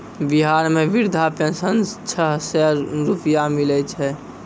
बिहार मे वृद्धा पेंशन छः सै रुपिया मिलै छै